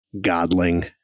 godling